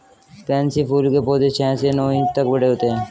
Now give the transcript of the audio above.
pansy फूल के पौधे छह से नौ इंच तक बड़े होते हैं